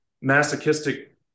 masochistic